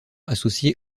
associée